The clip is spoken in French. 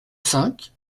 cinq